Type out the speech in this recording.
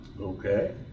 Okay